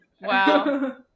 wow